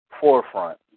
forefront